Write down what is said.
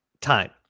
Time